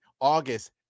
August